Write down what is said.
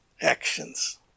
actions